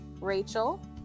Rachel